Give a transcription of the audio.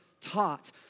taught